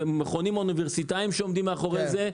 מכונים אוניברסיטאים שעומדים מאחורי זה.